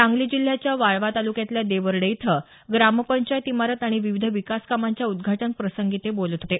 सांगली जिल्ह्याच्या वाळवा तालुक्यातल्या देवर्डे इथं ग्रामपंचायत इमारत आणि विविध विकास कामांच्या उद्घाटन प्रसंगी ते बोलत होते